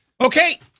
Okay